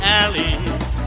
alleys